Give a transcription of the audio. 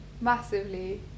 massively